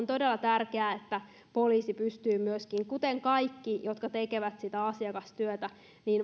todella tärkeää että poliisi pystyy myöskin kuten kaikki jotka tekevät sitä asiakastyötä